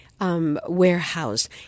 warehouse